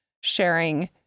sharing